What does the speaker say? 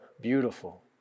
beautiful